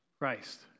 Christ